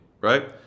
right